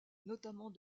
notamment